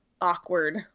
Awkward